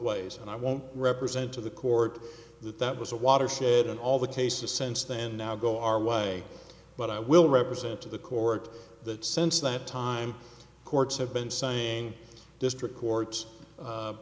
ways and i won't represent to the court that that was a watershed in all the cases sense then and now go our way but i will represent to the court the sense that time courts have been saying district court